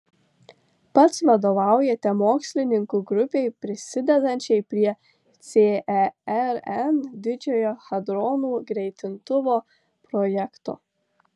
pats vadovaujate mokslininkų grupei prisidedančiai prie cern didžiojo hadronų greitintuvo projekto